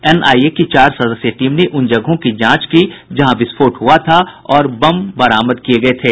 NIA की चार सदस्यीय टीम ने उन जगहों को जांच की जहां विस्फोट हुआ था और बम बरामद किये गये थे